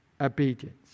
obedience